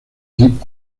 hip